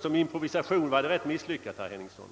Som improvisation var den ganska misslyckad, herr Henningsson.